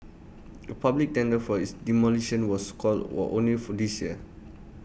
A public tender for its demolition was called were only for this year